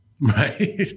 Right